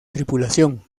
tripulación